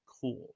cool